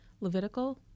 Levitical